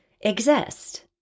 exist